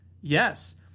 Yes